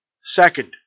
Second